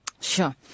Sure